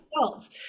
adults